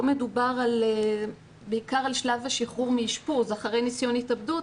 פה מדובר בעיקר על שלב השחרור מאשפוז אחרי ניסיון התאבדות,